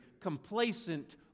complacent